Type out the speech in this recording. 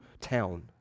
town